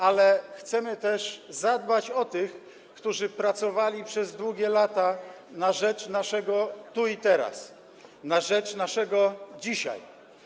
Ale chcemy też zadbać o tych, których pracowali przez długie lata na rzecz naszego tu i teraz, na rzecz naszego dzisiaj.